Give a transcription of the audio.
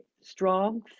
strong